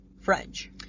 french